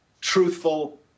truthful